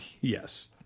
Yes